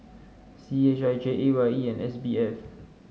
C H I J A Y E and S B F